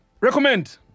recommend